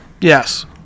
Yes